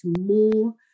more